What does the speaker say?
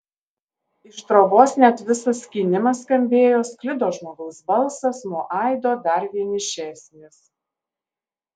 iš trobos net visas skynimas skambėjo sklido žmogaus balsas nuo aido dar vienišesnis